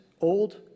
old